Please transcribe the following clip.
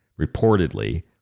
reportedly